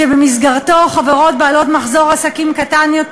שבמסגרתו חברות בעלות מחזור עסקים קטן יותר